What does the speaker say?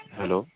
hello